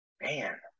Man